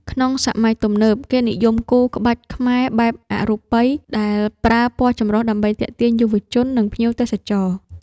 ក្នុងសម័យទំនើប គេនិយមគូរ ក្បាច់ខ្មែរបែបអរូបី ដែលប្រើពណ៌ចម្រុះដើម្បីទាក់ទាញយុវជន និងភ្ញៀវទេសចរ។